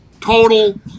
total